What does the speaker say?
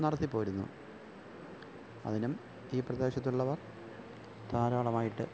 നടത്തിപ്പോരുന്നു അതിനും ഈ പ്രദേശത്തുള്ളവർ ധാരാളമായിട്ട്